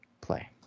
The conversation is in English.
play